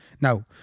Now